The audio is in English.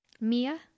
Mia